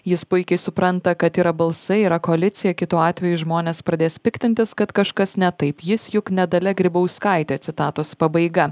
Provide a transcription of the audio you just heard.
jis puikiai supranta kad yra balsai yra koalicija kitu atveju žmonės pradės piktintis kad kažkas ne taip jis juk ne dalia grybauskaitė citatos pabaiga